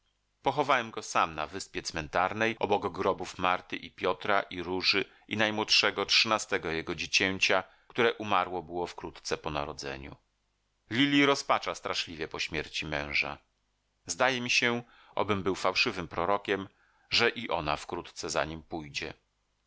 pochowałem go sam na wyspie cmentarnej obok grobów marty i piotra i róży i najmłodszego trzynastego jego dziecięcia które umarło było wkrótce po narodzeniu lili rozpacza straszliwie po śmieci męża zdaje mi się obym był fałszywym prorokiem że i ona wkrótce za nim pójdzie